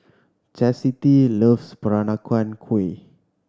chasity loves Peranakan Kueh